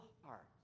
heart